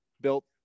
built